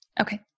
Okay